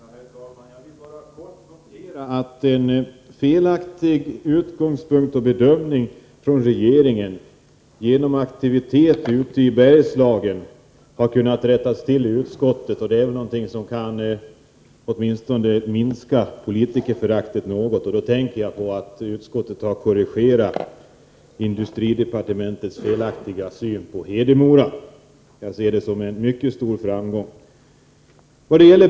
Herr talman! Jag vill bara kort notera att en felaktig utgångspunkt och bedömning från regeringen har kunnat rättas till i utskottet genom aktivitet ute i Bergslagen. Det är väl en sak som något kan minska politikerföraktet. Jag tänker på att utskottet korrigerat industridepartementets felaktiga syn på Hedemora. Jag ser det som en mycket stor framgång.